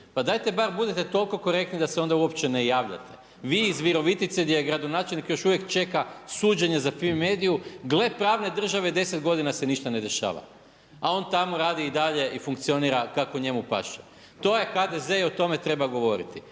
Pa dajte bar budite toliko korektni da se onda uopće ne javljate vi iz Virovitice gdje je gradonačelnik još uvijek čeka suđenje za Fimi mediju, gle pravne države 10 godina se ništa ne dešava, a on tamo radi i dalje i funkcionira kako njemu paše. To je HDZ-e i o tome treba govoriti.